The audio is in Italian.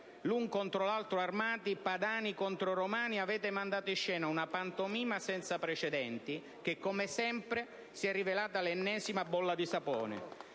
L'un contro l'altro armati, padani contro romani, avete mandato in scena una pantomima senza precedenti che, come sempre, si è rivelata l'ennesima bolla di sapone.